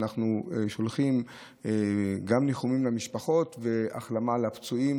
אנחנו שולחים ניחומים למשפחות והחלמה לפצועים.